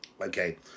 Okay